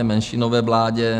V menšinové vládě.